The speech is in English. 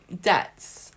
debts